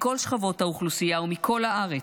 מכל שכבות האוכלוסייה ומכל הארץ.